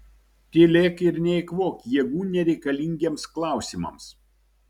tylėk ir neeikvok jėgų nereikalingiems klausimams